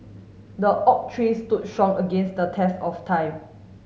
the oak tree stood strong against the test of time